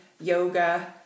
yoga